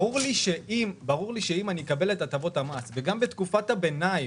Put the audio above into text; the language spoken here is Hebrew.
ברור לי שאם אני אקבל את הטבות המס וגם בתקופת הביניים